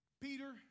Peter